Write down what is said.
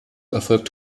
erfolgt